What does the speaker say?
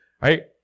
right